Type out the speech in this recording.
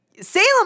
Salem